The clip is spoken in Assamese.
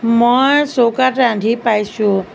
মই চৌকাত ৰান্ধি পাইছোঁ